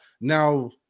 Now